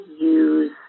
use